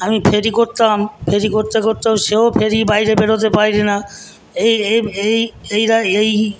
আমি ফেরি করতাম ফেরি করতে করতেও সেও ফেরির বাইরে বেরোতে পারে না এই এই এই এই এই